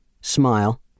smile